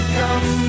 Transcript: come